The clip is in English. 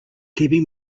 keeping